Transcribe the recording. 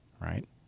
right